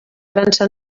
frança